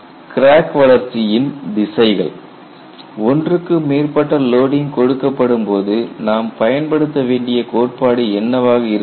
crack வளர்ச்சியின் திசைகள் ஒன்றுக்கு மேற்பட்ட லோடிங் கொடுக்கப்படும் போது நாம் பயன்படுத்த வேண்டிய கோட்பாடு என்னவாக இருக்க வேண்டும்